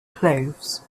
clothes